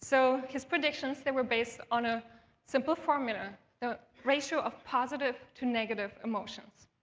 so his predictions, they were based on a simple formula the ratio of positive to negative emotions.